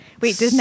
Wait